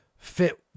Fit